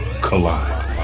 collide